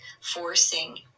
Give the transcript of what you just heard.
forcing